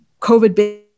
COVID